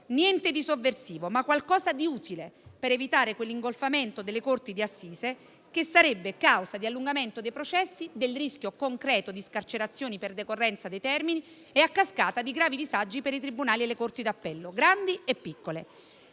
niente di sovversivo, ma è qualcosa di utile per evitare quell'ingolfamento delle corti di assise, che sarebbe causa di allungamento dei processi, del rischio concreto di scarcerazioni per decorrenza dei termini e, a cascata, di gravi disagi per i tribunali e le corti d'appello, grandi e piccole.